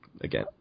again